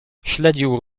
śledził